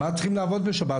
מה צריכים לעבוד בשבת?